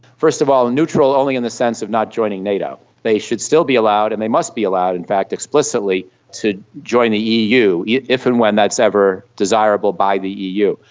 first of all and neutral only in the sense of not joining nato. they should still be allowed and they must be allowed in fact explicitly to join the eu, if and when that's ever desirable by the eu.